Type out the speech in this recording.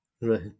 Right